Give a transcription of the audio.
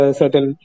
certain